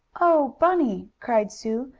oh, bunny! cried sue,